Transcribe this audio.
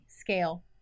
Scale